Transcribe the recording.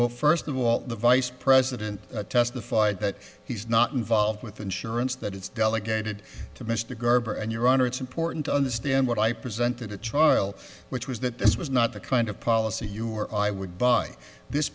well first of all the vice president testified that he's not involved with the insurance that it's delegated to mr garber and your honor it's important to understand what i presented at trial which was that this was not the kind of policy you were i would buy this